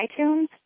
iTunes